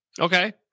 Okay